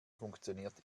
funktioniert